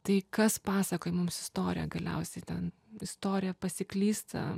tai kas pasakoja mums istoriją galiausiai ten istorija pasiklysta